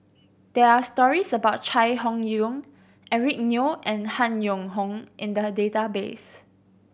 there are stories about Chai Hon Yoong Eric Neo and Han Yong Hong in the database